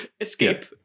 escape